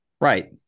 Right